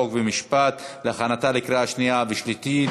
חוק ומשפט להכנתה לקריאה שנייה ושלישית.